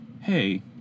Hey